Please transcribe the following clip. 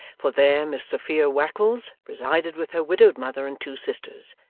for there miss sophia wackles resided with her widowed mother and two sisters,